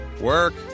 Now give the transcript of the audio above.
work